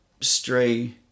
stray